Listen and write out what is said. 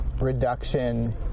reduction